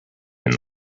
and